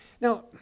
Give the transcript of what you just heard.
Now